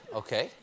okay